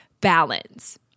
balance